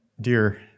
dear